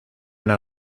una